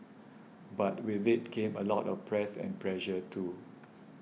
but with it came a lot of press and pressure too